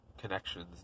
connections